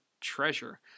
treasure